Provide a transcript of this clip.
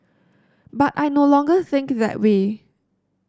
but I no longer think that way